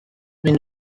been